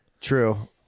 True